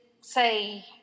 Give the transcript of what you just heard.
say